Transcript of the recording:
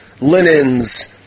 Linens